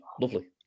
lovely